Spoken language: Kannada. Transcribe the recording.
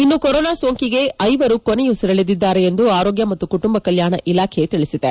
ಇನ್ನು ಕೊರೊನಾ ಸೋಂಕಿಗೆ ಐವರು ಕೊನೆಯುಸಿರೆಳೆದಿದ್ದಾರೆ ಎಂದು ಆರೋಗ್ಯ ಮತ್ತು ಕುಟುಂಬ ಕಲ್ಲಾಣ ಇಲಾಖೆ ತಿಳಿಸಿದೆ